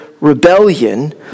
rebellion